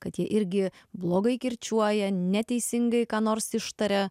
kad jie irgi blogai kirčiuoja neteisingai ką nors ištaria